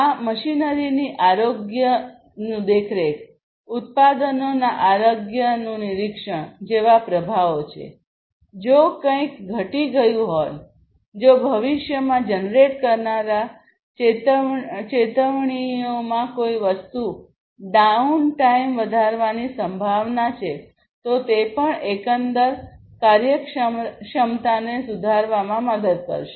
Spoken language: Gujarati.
આ મશીનરીની આરોગ્ય દેખરેખ ઉત્પાદનોના આરોગ્ય નિરીક્ષણ જેવા પ્રભાવોજો કંઈક ઘટી ગયું હોય જો ભવિષ્યમાં જનરેટ કરનારા ચેતવણીઓમાં કોઈ વસ્તુ ડાઉનટાઇમ વધારવાની સંભાવના છે તો તે પણ એકંદર કાર્યક્ષમતાને સુધારવામાં મદદ કરશે